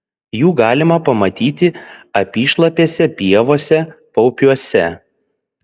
jų galima pamatyti apyšlapėse pievose paupiuose